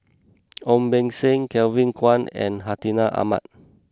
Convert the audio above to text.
Ong Beng Seng Kevin Kwan and Hartinah Ahmad